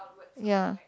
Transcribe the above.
ya